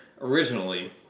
originally